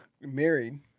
married